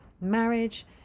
marriage